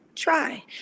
try